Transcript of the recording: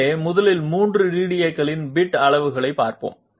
எனவே முதலில் மூன்று DDAக்களின் பிட் அளவுகளைப் பார்ப்போம்